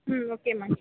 ம் okay ma'am